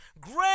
Great